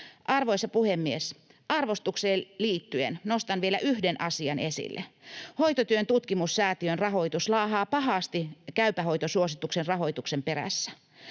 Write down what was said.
Arvoisa puhemies! Arvostukseen liittyen nostan vielä yhden asian esille: Hoitotyön tutkimussäätiön rahoitus laahaa pahasti Käypä hoito ‑suosituksen rahoituksen perässä.